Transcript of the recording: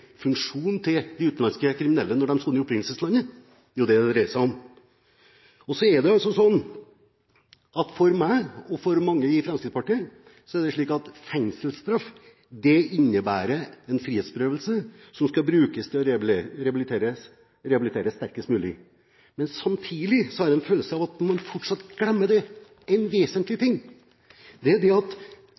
dagpengefunksjonen til de utenlandske kriminelle når de soner i opprinnelseslandet? Det er det det dreier seg om. For meg og mange i Fremskrittspartiet er det også slik at fengselsstraff innebærer en frihetsberøvelse som skal brukes til å rehabilitere sterkest mulig. Samtidig har jeg en følelse av at man fortsatt glemmer en vesentlig ting: Det er at